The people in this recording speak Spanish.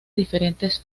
diferentes